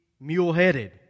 mule-headed